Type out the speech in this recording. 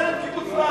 קיבוץ להב.